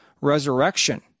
resurrection